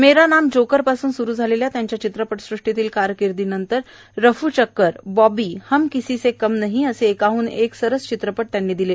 मेरा नाम जोकर पासून स्रू झालेल्या त्यांच्या चित्रपटसृष्टीतील कारकिर्दीनंतर त्यांनी रफूचक्कर बॉबी हम किसीसे कम नही असे एकाह्न एक सरस चित्रपट दिले